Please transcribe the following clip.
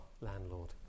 landlord